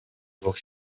двух